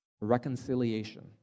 reconciliation